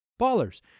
Ballers